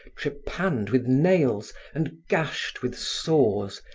trepaned with nails and gashed with saws,